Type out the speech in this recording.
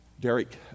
Derek